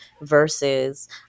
versus